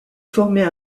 former